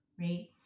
right